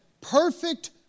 perfect